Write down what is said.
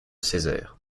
césaire